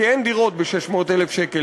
כי אין דירות ב-600,000 שקל.